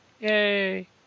Yay